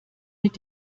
mit